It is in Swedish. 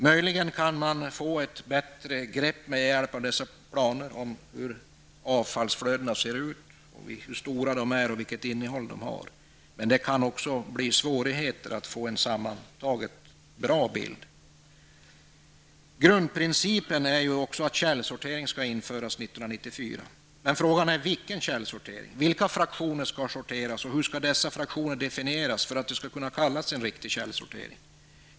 Möjligen kan man med hjälp av dessa planer få ett bättre grepp om hur avfallsflödena ser ut, hur stora de är och vilket innehåll de har, men det kan också uppstå svårigheter att sammantaget får en bra situation. Grundprincipen är att källsortering skall införas 1994. Men frågan är vilken källsortering. Vilka fraktioner skall sorteras, och hur skall dessa fraktioner definieras för att det skall vara en riktig källsortering?